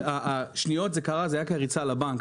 השניות זה קרה בגלל הריצה לבנק,